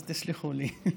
אז תסלחו לי.